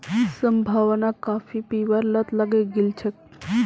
संभावनाक काफी पीबार लत लगे गेल छेक